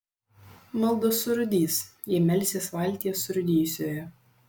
maldos surūdys jei melsies valtyje surūdijusioje